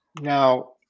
Now